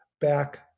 back